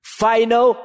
final